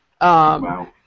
Wow